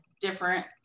different